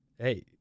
hey